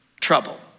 trouble